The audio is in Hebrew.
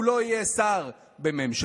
הוא לא יהיה שר בממשלתי.